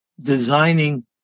designing